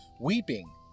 weeping